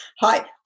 Hi